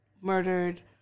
murdered